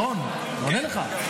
רון, אני עונה לך.